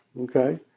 Okay